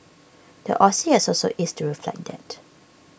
the Aussie has also eased to reflect that